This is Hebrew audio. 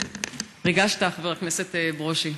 ריגשת, חבר הכנסת ברושי.